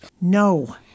No